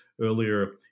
earlier